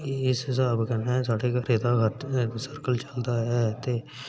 इस स्हाबै कन्नै साढ़े घरै दा खर्च सर्कल चलदा ऐ ते